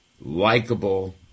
likable